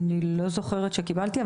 אני לא זוכרת שקיבלתי,